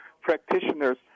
practitioners